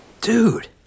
Dude